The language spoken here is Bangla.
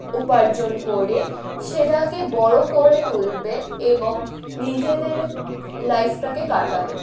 উপার্জন করে সেটাকে বড়ো করে তুলবে এবং নিজেদের লাইফটাকে কাটাবে